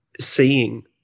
seeing